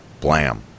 Blam